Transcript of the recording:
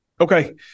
Okay